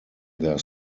their